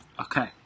Okay